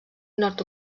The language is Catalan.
nord